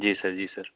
जी sir जी sir